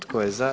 Tko je za?